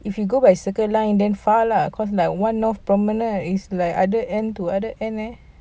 if you go by circle line then far lah cause like one-north promenade is like other end to other end leh